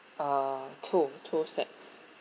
uh two two sets